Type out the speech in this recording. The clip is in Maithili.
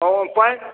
ओ पानि